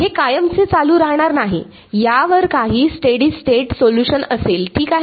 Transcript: हे कायमचे चालू राहणार नाही यावर काही स्टेडी स्टेट सोलुशन असेल ठीक आहे